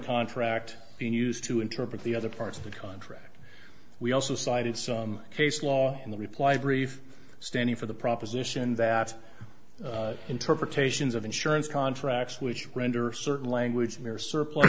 contract being used to interpret the other parts of the contract we also cited some case law in the reply brief standing for the proposition that interpretations of insurance contracts which render certain language mere surplus